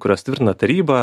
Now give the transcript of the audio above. kuriuos tvirtina taryba